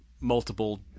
multiple